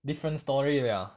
different story liao